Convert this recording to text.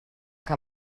que